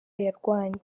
yarwanye